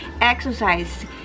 exercise